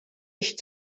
ich